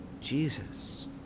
Jesus